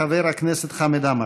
חבר הכנסת חמד עמאר.